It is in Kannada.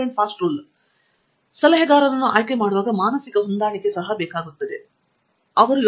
ಅಭಿಜಿತ್ ಹೇಳಿದಂತೆ ಸಲಹೆಗಾರರನ್ನು ಆಯ್ಕೆಮಾಡುವಾಗ ಮಾನಸಿಕ ಹೊಂದಾಣಿಕೆ ಸಹ ಬೇಕಾಗುತ್ತದೆ ಎಂದು ನಾನು ಚಿಂತಿಸುತ್ತೇನೆ